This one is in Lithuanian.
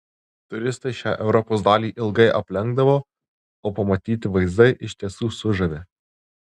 turistai šią europos dalį ilgai aplenkdavo o pamatyti vaizdai iš tiesų sužavi